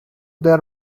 there